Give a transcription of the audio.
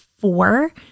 four